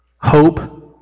Hope